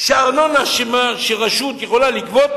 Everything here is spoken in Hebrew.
יש חוק שארנונה שרשות יכולה לגבות,